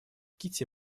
кити